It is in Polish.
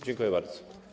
Dziękuję bardzo.